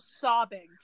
sobbing